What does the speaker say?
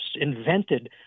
invented